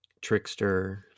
trickster